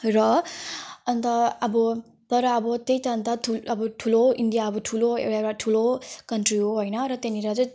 र अन्त अब तर अब त्यही त अन्त ठुलो इन्डिया अब ठुलो एउटा ठुलो कन्ट्री हो होइन र त्यहाँनेर चाहिँ